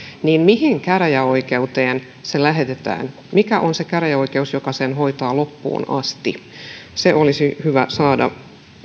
mihin käräjäoikeuteen se lähetetään mikä on se käräjäoikeus joka sen hoitaa loppuun asti olisi hyvä saada